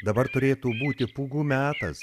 dabar turėtų būti pūgų metas